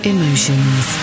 Emotions